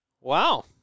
Wow